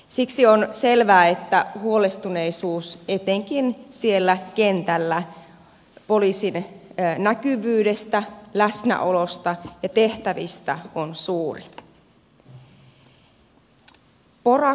siksi on selvää että huolestuneisuus etenkin siellä kentällä poliisin näkyvyydestä läsnäolosta ja tehtävistä on suuri